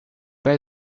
pas